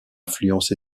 affluence